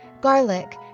Garlic